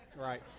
Right